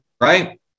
right